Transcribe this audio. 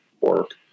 work